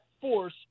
force